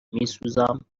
میسوزم